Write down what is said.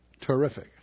Terrific